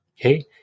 okay